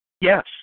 Yes